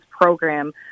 program